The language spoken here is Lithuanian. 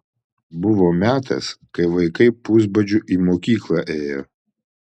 buvo metas kai vaikai pusbadžiu į mokyklą ėjo